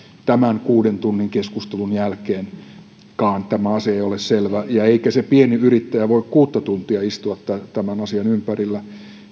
tämän kuuden tunnin keskustelun jälkeenkään tämä asia ei ole selvä eikä se pieni yrittäjä voi kuutta tuntia istua tämän asian ympärillä